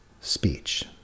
speech